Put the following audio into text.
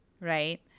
right